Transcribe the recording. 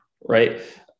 right